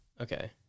Okay